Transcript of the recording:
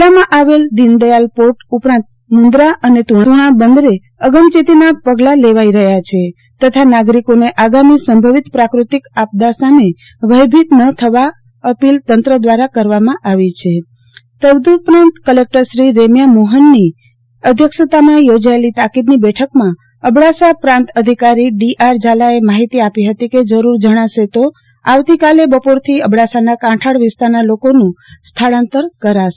જીલ્લામાં આવેલ દીનદયાલ પોર્ટ ઉપરાંત મુન્દ્રા અને તુણા બંદરે અગમ ચેતી ના પગલા લેવાઈ રહ્યા છે તથા નાગરિકો ને આગામી સંભવિત પ્રાકૃતિક આપદા સામે ભયભીત ન થવા અપીલ તંત્ર દ્વારા કરવામાં આવી છે તદ્દ ઉપરાંત કલેકટર શ્રી રેમ્યા મોફન ની અધ્યક્ષતામાં યોજાયેલી તાકીદ ની બેઠકમાં અબડાસા પ્રાંત અધિકારી ડી આર ઝાલા એ માહિતી આપી ફતી જરુરી જણાશે તો આવતીકાલે બપોરથી અબડાસા નાં કાંઠાળ વિસ્તારના લોકો નું સ્થળાંતર કરાશે